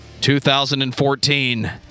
2014